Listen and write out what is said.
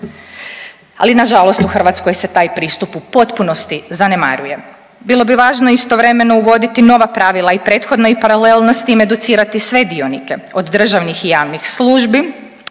ali nažalost u Hrvatskoj se taj pristup u potpunosti zanemaruje. Bilo bi važno istovremeno uvoditi nova pravila i prethodno i paralelno s tim educirati sve dionike, od državnih i javnih službi